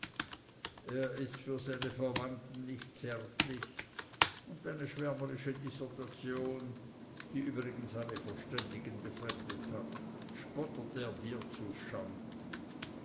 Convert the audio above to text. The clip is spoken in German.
er ist für seine verwandten nicht zärtlich und deine schwärmerische dissertation die übrigens alle verständigen befremdet hat spottet er dir zuschanden